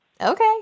Okay